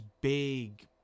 big